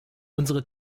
unsere